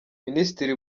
minisitiri